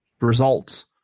results